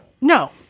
No